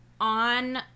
on